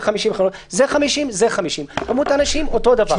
50 חנויות זה 50 וזה 50. כמות האנשים אותו דבר.